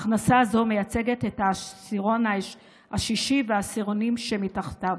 הכנסה זו מייצגת את העשירון השישי והעשירונים שמתחתיו.